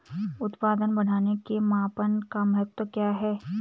उत्पादन बढ़ाने के मापन का महत्व क्या है?